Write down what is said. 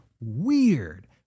weird